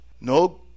No